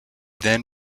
then